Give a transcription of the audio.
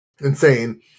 insane